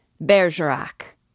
Bergerac